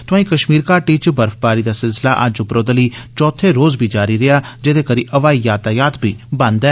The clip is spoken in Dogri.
तोआईं कश्मीर घाटी च बर्फबारी दा सिलसिला अज्ज उपरोतली चौथे रोज़ बी जारी रेआ जेह्दे करी हवाई यातायात बी बंद ऐ